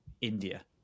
India